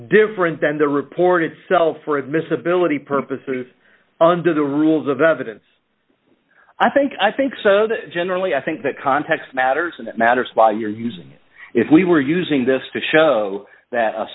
different than the report itself or admissibility purposes under the rules of evidence i think i think so generally i think that context matters and it matters by your use if we were using this to show that